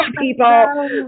people